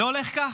זה הולך כך: